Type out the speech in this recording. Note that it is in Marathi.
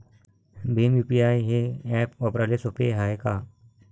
भीम यू.पी.आय हे ॲप वापराले सोपे हाय का?